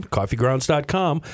coffeegrounds.com